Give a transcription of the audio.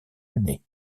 année